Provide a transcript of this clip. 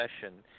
session